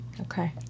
Okay